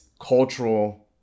cultural